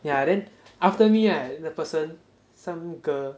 yeah then after me right the person some girl